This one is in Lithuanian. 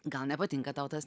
gal nepatinka tau tas